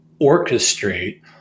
orchestrate